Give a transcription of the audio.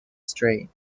straight